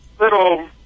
little